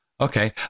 okay